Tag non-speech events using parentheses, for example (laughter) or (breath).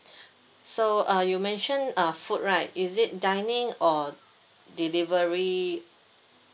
(breath) so uh you mention uh food right is it dining or delivery